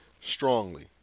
strongly